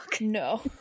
No